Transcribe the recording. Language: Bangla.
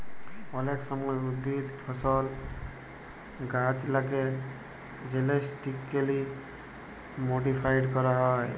অলেক সময় উদ্ভিদ, ফসল, গাহাচলাকে জেলেটিক্যালি মডিফাইড ক্যরা হয়